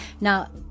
Now